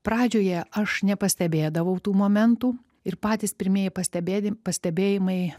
pradžioje aš nepastebėdavau tų momentų ir patys pirmieji pastebėti pastebėjimai